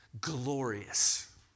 glorious